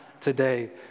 today